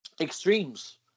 extremes